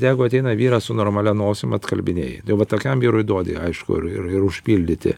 jeigu ateina vyras su normalia nosim atkalbinėji tokiam vyrui duodi aišku ir ir užpildyti